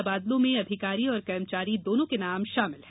तबादलों में अधिकारी और कर्मचारी दोनों के नाम शामिल हैं